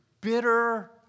bitter